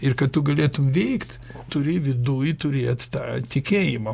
ir kad tu galėtum veikt turi viduj turėt tą tikėjimo